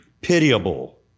pitiable